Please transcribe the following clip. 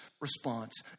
response